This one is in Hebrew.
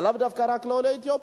לאו דווקא לעולי אתיופיה,